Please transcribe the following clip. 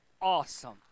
awesome